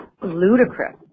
ludicrous